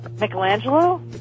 Michelangelo